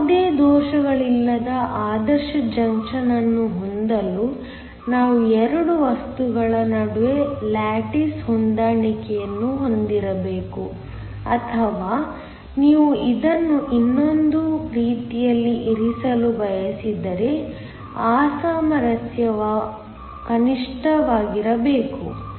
ಯಾವುದೇ ದೋಷಗಳಿಲ್ಲದ ಆದರ್ಶ ಜಂಕ್ಷನ್ ಅನ್ನು ಹೊಂದಲು ನಾವು 2 ವಸ್ತುಗಳ ನಡುವೆ ಲ್ಯಾಟಿಸ್ ಹೊಂದಾಣಿಕೆಯನ್ನು ಹೊಂದಿರಬೇಕು ಅಥವಾ ನೀವು ಅದನ್ನು ಇನ್ನೊಂದು ರೀತಿಯಲ್ಲಿ ಇರಿಸಲು ಬಯಸಿದರೆ ಅಸಾಮರಸ್ಯವು ಕನಿಷ್ಠವಾಗಿರಬೇಕು